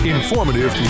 Informative